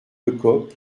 lecoq